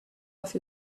off